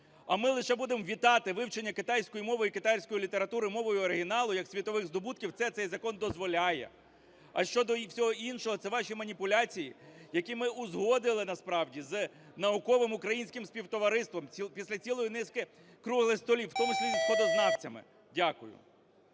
А ми лише будемо вітати вивчення китайської мови і китайської літератури мовою оригіналу як світових здобутків. Це цей закон дозволяє. А щодо всього іншого, це ваші маніпуляції, які ми узгодили насправді з науковим українським співтовариством після цілої низки круглих столів, в тому числі зі сходознавцями. Дякую.